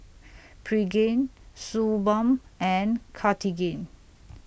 Pregain Suu Balm and Cartigain